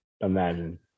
imagine